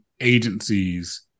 agencies